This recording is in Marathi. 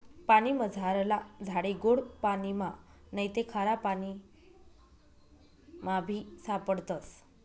पानीमझारला झाडे गोड पाणिमा नैते खारापाणीमाबी सापडतस